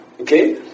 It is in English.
Okay